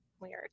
weird